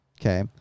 Okay